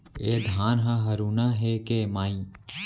ए धान ह हरूना हे के माई?